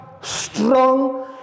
strong